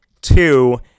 two